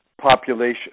population